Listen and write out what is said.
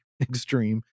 extreme